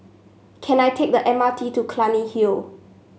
can I take the M R T to Clunny Hill